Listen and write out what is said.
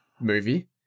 movie